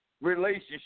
relationship